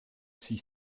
six